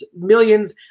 millions